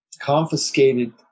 confiscated